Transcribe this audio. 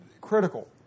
critical